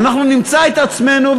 אנחנו נמצא את עצמנו,